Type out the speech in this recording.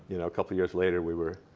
you know couple years later, we were